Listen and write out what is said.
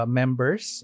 members